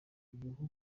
ibihugu